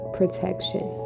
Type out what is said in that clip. protection